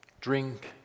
Drink